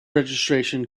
registration